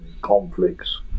conflicts